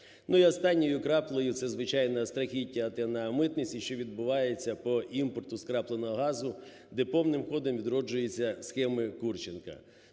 останньою краплею, це звичайно страхіття оте на митниці, що відбувається по імпорту скрапленого газу, де повним ходом відроджуються схеми Курченка.